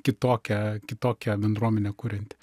kitokią kitokią bendruomenę kurianti